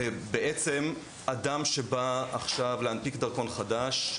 בעצם אדם שבא עכשיו להנפיק דרכון חדש,